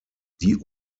die